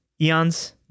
Eons